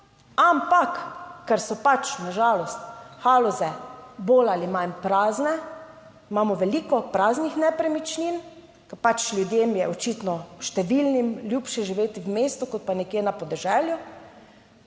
ampak ker so pač na žalost Haloze bolj ali manj prazne, imamo veliko praznih nepremičnin, ker pač ljudem je očitno številnim ljubše živeti v mestu, kot pa nekje na podeželju,